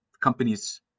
Companies